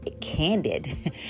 candid